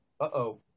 uh-oh